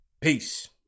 peace